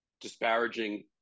disparaging